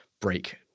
break